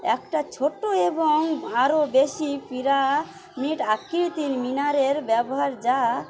একটা ছোটো এবং আরও বেশি পিরামিড আকৃতির মিনারের ব্যবহার যা